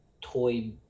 toy